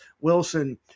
Wilson